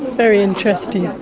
very interesting! um